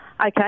okay